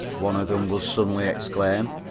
one of them would suddenly exclaim,